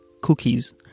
cookies